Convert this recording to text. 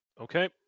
okay